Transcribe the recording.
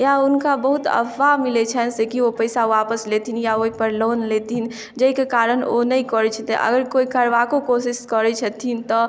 या हुनका बहुत अफवाह मिलै छनि से केओ पैसा वापस लेथिन या ओहि पर लोन लेथिन जाहिके कारण ओ नै करै छथिन अगर कोइ करबाको कोशिश करै छथिन तऽ